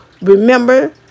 remember